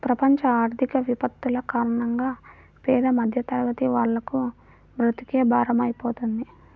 ప్రపంచ ఆర్థిక విపత్తుల కారణంగా పేద మధ్యతరగతి వాళ్లకు బ్రతుకే భారమైపోతుంది